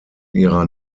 ihrer